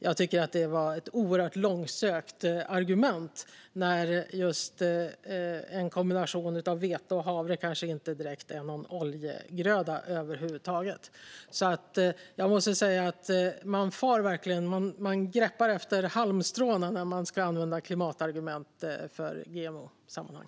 Jag tycker att det var ett oerhört långsökt argument; just en kombination av vete och havre är kanske inte direkt någon oljegröda över huvud taget. Jag måste säga att man verkligen greppar efter halmstrån när man ska använda klimatargument i GMO-sammanhang.